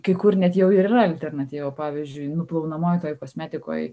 kai kur net jau yra alternatyvų pavyzdžiui nuplaunamoj toj kosmetikoj